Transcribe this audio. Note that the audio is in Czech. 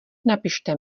napište